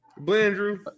Blandrew